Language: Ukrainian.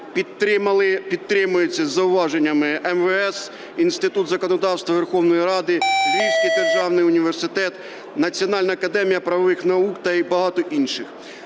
підтримується з зауваженнями МВС, Інституту законодавства Верховної Ради, Львівського державного університету, Національної академії правових наук та багато інших.